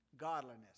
Godliness